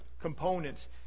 components